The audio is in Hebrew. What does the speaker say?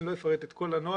אני לא אפרט את כל הנוהל,